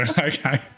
Okay